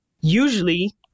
usually